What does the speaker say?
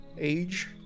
age